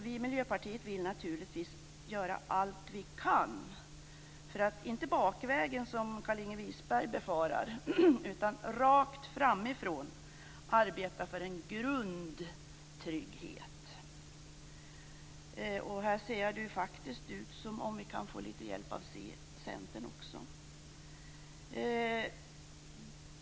Vi i Miljöpartiet vill naturligtvis göra allt vi kan, inte för att bakvägen, som Carlinge Wisberg befarar, utan rakt framifrån arbeta för en grundtrygghet. Här ser det faktiskt ut som om vi kan få lite hjälp av Centern också.